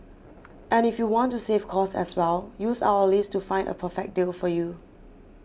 and if you want to save cost as well use our list to find a perfect deal for you